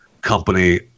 company